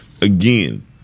again